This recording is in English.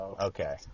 Okay